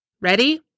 Ready